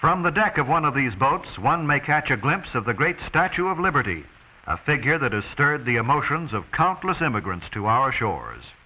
from the deck of one of these boats one may catch a glimpse of the great statue of liberty a figure that has stirred the emotions of countless immigrants to our shores